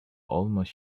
almost